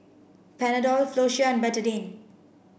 Panadol Floxia and Betadine